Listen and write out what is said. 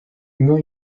jünger